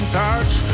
touch